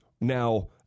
now